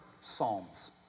psalms